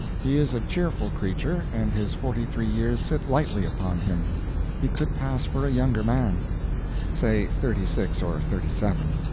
he is a cheerful creature, and his forty-three years sit lightly upon him he could pass for a younger man say thirty-six or thirty-seven.